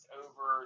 over